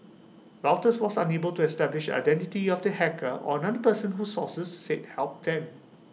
Reuters was unable to establish identity of the hacker or another person who sources said helped him